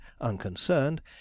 unconcerned